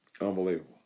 unbelievable